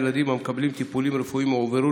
הילדים המקבלים טיפולים רפואיים הועברו